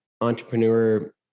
entrepreneur